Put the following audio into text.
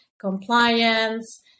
compliance